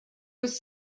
was